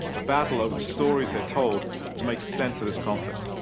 a battle over the stories they're told to make sense of this conflict.